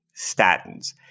statins